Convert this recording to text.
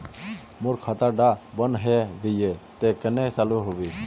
मोर खाता डा बन है गहिये ते कन्हे चालू हैबे?